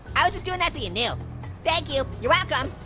i was just doing that so you know thank you, you're welcome!